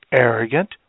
arrogant